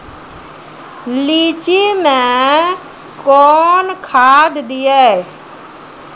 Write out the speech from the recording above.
लीची मैं कौन खाद दिए?